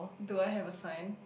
do I have a sign